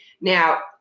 Now